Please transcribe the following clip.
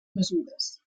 mesures